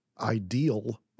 ideal